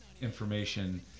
Information